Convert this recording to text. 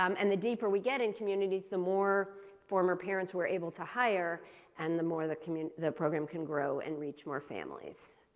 um and the deeper we get in communities, the more former parents were able to hire and the more the community the program can grow and reach more families.